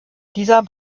dieser